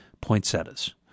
poinsettias